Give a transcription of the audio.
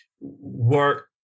work